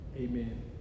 amen